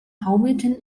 hamilton